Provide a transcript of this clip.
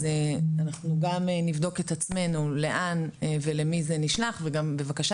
אז אנחנו גם נבדוק את עצמנו לאן ולמי זה נשלח וגם בבקשה